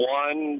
one